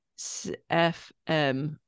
FM